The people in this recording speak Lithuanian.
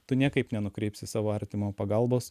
tu niekaip nenukreipsi savo artimo pagalbos